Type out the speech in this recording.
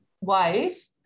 wife